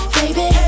baby